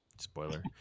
Spoiler